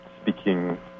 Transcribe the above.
speaking